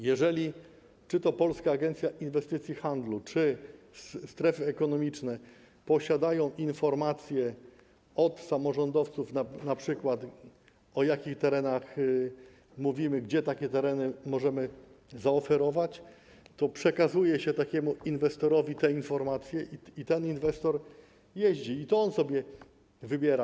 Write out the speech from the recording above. Jeżeli czy to Polska Agencja Inwestycji i Handlu, czy strefy ekonomiczne posiadają informacje np. od samorządowców, o jakich terenach mówimy, gdzie takie tereny możemy zaoferować, to przekazuje się takiemu inwestorowi te informacje, ten inwestor jeździ i to on sobie wybiera.